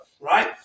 right